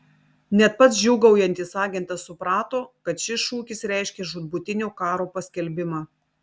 net pats džiūgaujantis agentas suprato kad šis šūkis reiškia žūtbūtinio karo paskelbimą